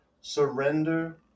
surrender